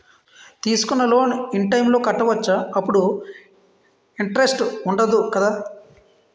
తీసుకున్న loan in time లో కట్టవచ్చ? అప్పుడు ఇంటరెస్ట్ వుందదు కదా?